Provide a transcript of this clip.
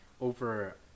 Over